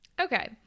Okay